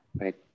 Right